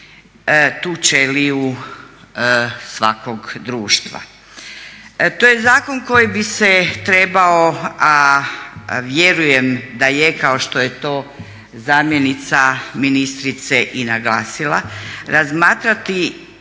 tu ćeliju svakog društva. To je zakon koji bi se trebao a vjerujem da je kao što je to zamjenica ministrice i naglasila razmatrati